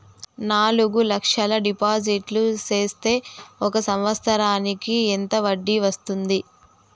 నాలుగు లక్షల డిపాజిట్లు సేస్తే ఒక సంవత్సరానికి ఎంత వడ్డీ వస్తుంది?